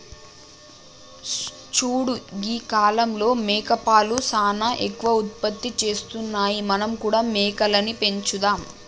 చూడు గీ కాలంలో మేకపాలు సానా ఎక్కువ ఉత్పత్తి చేస్తున్నాయి మనం కూడా మేకలని పెంచుదాం